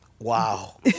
wow